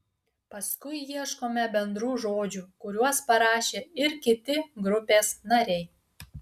paskui ieškome bendrų žodžių kuriuos parašė ir kiti grupės nariai